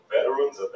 Veterans